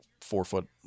four-foot